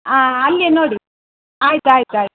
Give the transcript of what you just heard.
ಆಂ ಅಲ್ಲೆ ನೋಡಿ ಆಯ್ತು ಆಯ್ತು ಆಯ್ತು